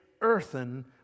earthen